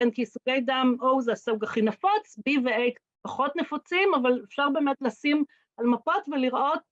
כן כי סוגי דם O זה הסוג הכי נפוץ, B ו-A פחות נפוצים, אבל אפשר באמת לשים על מפות ולראות